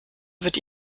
wird